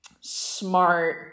smart